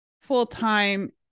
full-time